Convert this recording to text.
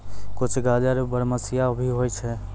कुछ गाजर बरमसिया भी होय छै